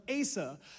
Asa